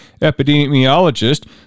Epidemiologist